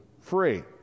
free